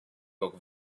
book